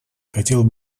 хотел